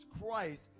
Christ